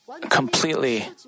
completely